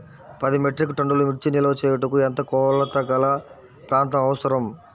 పది మెట్రిక్ టన్నుల మిర్చి నిల్వ చేయుటకు ఎంత కోలతగల ప్రాంతం అవసరం?